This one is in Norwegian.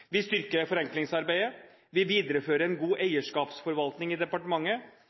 Vi styrker forenklingsarbeidet, vi viderefører en god eierskapsforvaltning i departementet,